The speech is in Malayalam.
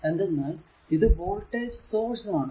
എന്തെന്നാൽ ഇത് വോൾടേജ് സോഴ്സ് ആണ്